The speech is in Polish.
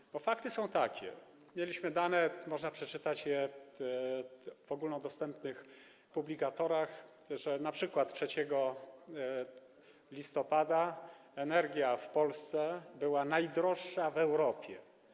Dlatego że fakty są takie: Mieliśmy dane - można przeczytać je w ogólnodostępnych publikatorach - że np. 3 listopada energia w Polsce była najdroższa w Europie.